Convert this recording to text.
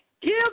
Give